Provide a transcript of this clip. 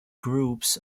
groups